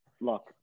look